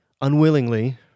unwillingly